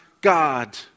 God